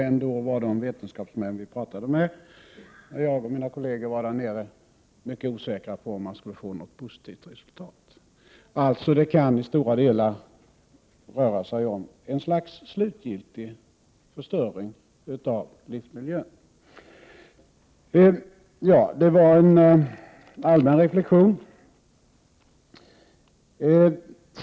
Ändå var vetenskapsmän som jag och mina kolleger pratade med mycket osäkra på om man skulle få något positivt resultat. Det kan alltså till stora delar röra sig om ett slags slutgiltig förstöring av livsmiljön. Detta var en allmän reflexion.